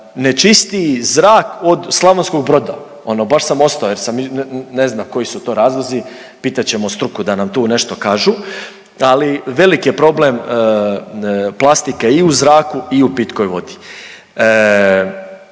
nečistiji zrak od Slavonskog Broda, ono baš sam ostao jer sam, ne znam koji su to razlozi, pitat ćemo struku da nam tu nešto kažu, ali velik je problem plastike i u zraku i u pitkoj vodi.